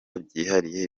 byihariye